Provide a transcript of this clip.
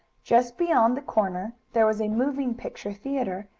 just beyond the corner there was a moving picture theatre,